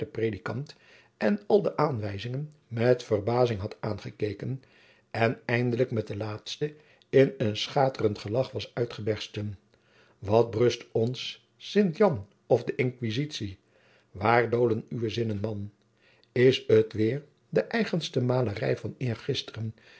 predikant en al de aanwezigen met verbazing had aangekeken en eindelijk met de laatsten in een schaterend gelagch was uitgebersten wat brust ons sint jan of de inquisitie waar doolen uwe zinnen man is het weêr de eigenste malerij van eergisteren